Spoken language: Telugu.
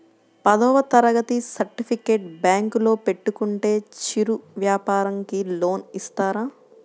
పదవ తరగతి సర్టిఫికేట్ బ్యాంకులో పెట్టుకుంటే చిరు వ్యాపారంకి లోన్ ఇస్తారా?